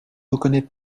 reconnais